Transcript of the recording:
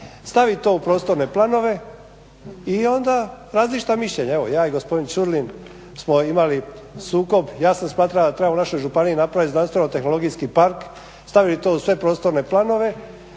stavi to u prostorne planove i onda različita mišljenja evo ja i gospodin Ćurlin smo imali sukob, ja sam smatrao da treba u našoj županiji napraviti znanstveno tehnologijski park, staviti to u sve prostorne planove,